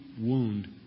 wound